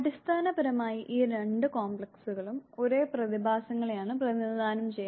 അടിസ്ഥാനപരമായി ഈ രണ്ട് കോംപ്ലക്സുകളും ഒരേ പ്രതിഭാസങ്ങളെയാണ് പ്രതിനിധാനം ചെയ്യുന്നത്